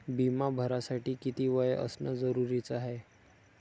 बिमा भरासाठी किती वय असनं जरुरीच हाय?